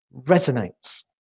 resonates